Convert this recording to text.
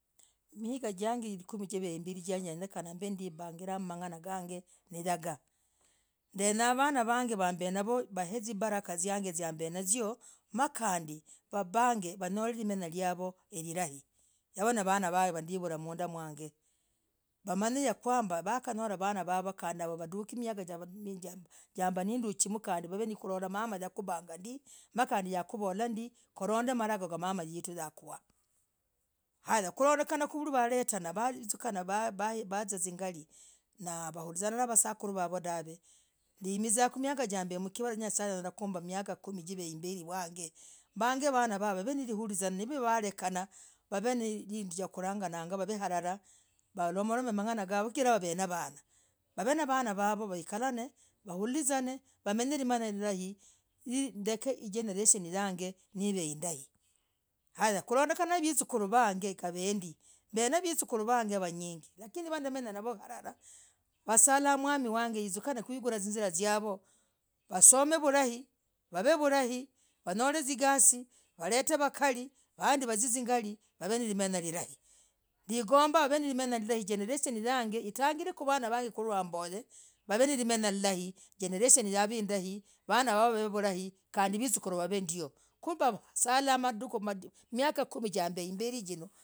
Mingajag likumi jimbenayo izii yenenakah ibang bagil vaanah niyagaa ndenyaah vanaa vag mbenavoo mbah zibakah ziag yambenanzoo z kandi mbag wanyel limenyah liavoo lilahii yavaa nivanaa vag ndivulah mdaa mwange wamanye yakwamba wakanyolah vanaa vovoo kandi wanduke miagaa nalindukah uloremamah wakupangah ndii yakuvolah ndiii kulonde malangoli mamah yetu yakwah hayakulondekah kulivanduu valetenah valii vazisukanavazia zingali nimizah miakah zambem hiziii mkivarah nye'sa anyalah kuumbah migaa kumbeimber yang kumizana navaa vag kulodeka wavena kinduu yakulagaga wavehalala walimb nawamolom mang'ana yavooo chigirah wavenavana wavenavanaa vavoo wakal waulizan wamenyelinyaah lilai hii dakika jenereshen yag niv indaii haya kulondekena na visukuruu vag ngavendii mben na visukuruu vag vanyingii lakini ndamenyah navoo walalah wasalah mwamii wag waizukane kuigulah zizirah zavoo waizukane vulai vav vulai wanyel zigasii walete vakalii vandii wazi zingalii wavenalimenyah lilahii nigombah ave nalimenyah lilai jenereshen yag atangil kwa vanaa vag kwalwamb wavenalimenyah lilahii jenereshen yavooo lilahii vanaa vavoo wav vulai kandii visukuruu wavendio kuumbah salah nadikuu kuumbah salah nadikuu miakah jinoo.